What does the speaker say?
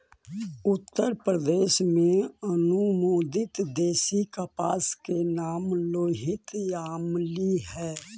उत्तरप्रदेश में अनुमोदित देशी कपास के नाम लोहित यामली हई